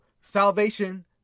salvation